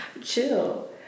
chill